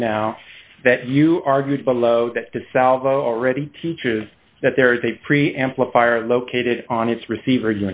me now that you argue below that the salvo already teaches that there is a pre amplifier located on its receiver